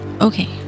okay